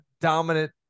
dominant